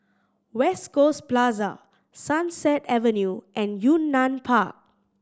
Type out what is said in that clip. West Coast Plaza Sunset Avenue and Yunnan Park